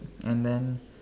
and then